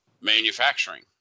manufacturing